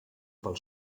pel